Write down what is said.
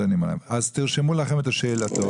תרשמו לכם את השאלה,